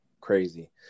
Crazy